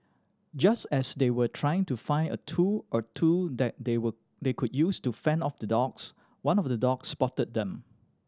just as they were trying to find a tool or two that they were they could use to fend off the dogs one of the dogs spotted them